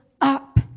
up